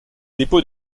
dépôts